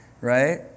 Right